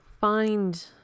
find